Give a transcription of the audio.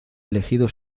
elegido